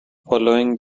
following